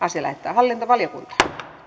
asia lähetetään hallintovaliokuntaan